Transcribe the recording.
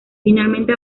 finalmente